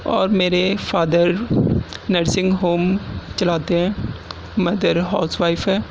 اور میرے father nursing home چلاتے ہیں مدر ہاؤس وائف ہے